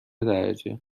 درجه